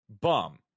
bum